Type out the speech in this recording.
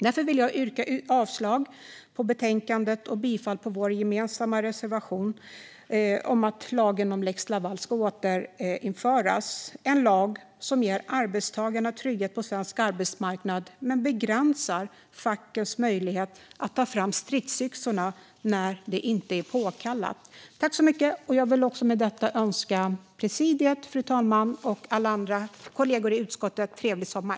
Därför vill jag yrka avslag på förslaget i betänkandet och bifall till vår gemensamma reservation om att lex Laval ska återinföras. Det är en lag som ger arbetstagarna trygghet på svensk arbetsmarknad men begränsar fackens möjlighet att ta fram stridsyxorna när det inte är påkallat. Jag vill med detta önska presidiet, fru talmannen och alla kollegor i utskottet en trevlig sommar.